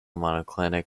monoclinic